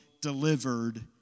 delivered